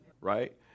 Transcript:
right